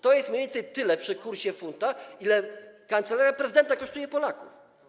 To jest mniej więcej tyle przy obecnym kursie funta, ile Kancelaria Prezydenta kosztuje Polaków.